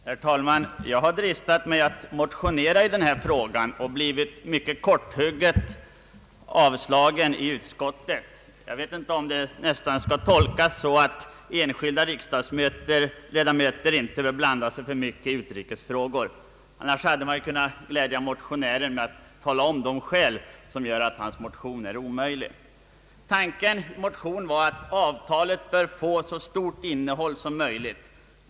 Herr talman! Jag har dristat mig till att motionera i denna fråga och har på ett mycket korthugget sätt fått avslag av utskottet. Jag vet inte om det skall tolkas så att enskilda riksdagsledamöter inte bör blanda sig i utrikesfrågor alltför mycket. Annars hade man väl kunnat glädja motionären med att tala om skälen till att hans motion är omöjlig. Tanken med motionen var att avtalet bör få så stort innehåll som möjligt.